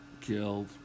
killed